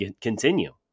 continue